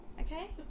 Okay